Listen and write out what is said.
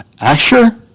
Asher